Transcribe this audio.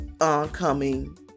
oncoming